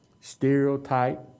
stereotype